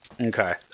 Okay